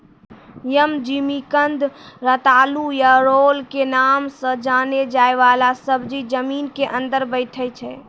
यम, जिमिकंद, रतालू या ओल के नाम सॅ जाने जाय वाला सब्जी जमीन के अंदर बैठै छै